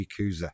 yakuza